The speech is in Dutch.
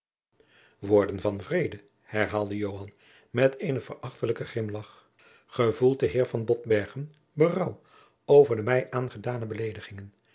woorden van vrede herhaalde joan met eenen verachtelijken grimlagch gevoelt de heer van botbergen berouw over de mij aangedane beledigingen